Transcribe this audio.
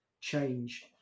change